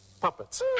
puppets